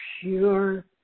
pure